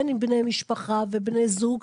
בין אם בני משפחה ובני זוג,